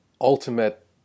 ultimate